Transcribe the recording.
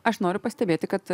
aš noriu pastebėti kad